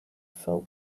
felt